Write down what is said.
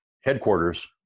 headquarters